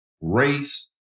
race